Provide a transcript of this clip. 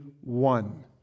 one